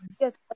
yes